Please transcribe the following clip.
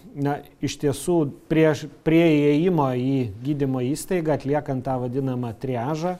na iš tiesų prieš prie įėjimo į gydymo įstaigą atliekant tą vadinamą triažą